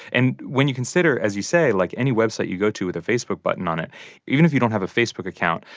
and when you consider, as you say, like, any website you go to with a facebook button on it even if you don't have a facebook account,